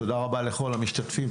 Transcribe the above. תודה רבה לכול המשתפים.